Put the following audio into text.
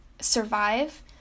survive